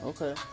Okay